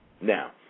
Now